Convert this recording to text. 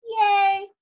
Yay